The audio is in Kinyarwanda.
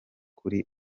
kuri